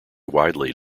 widely